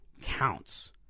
counts